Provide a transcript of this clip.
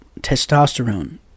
testosterone